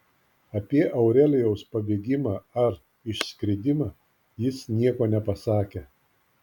apie aurelijaus pabėgimą ar išskridimą jis nieko nepasakė